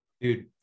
Dude